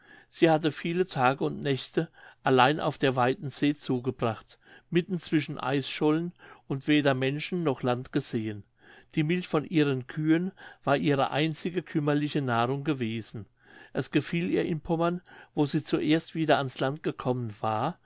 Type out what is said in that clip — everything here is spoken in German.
sie hatte viele tage und nächte allein auf der weiten see zugebracht mitten zwischen eisschollen und weder menschen noch land gesehen die milch von ihren kühen war ihre einzige kümmerliche nahrung gewesen es gefiel ihr in pommern wo sie zuerst wieder ans land gekommen war